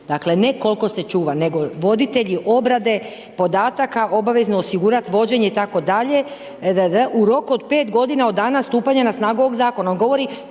Dakle ne koliko se čuva, nego voditelji obrade podataka obavezno osigurati vođenje itd. u roku od 5 g. od dana stupanje na snagu ovog zakona.